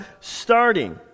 starting